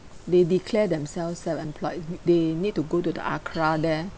they declare themselves self-employed they need to go to the ACRA there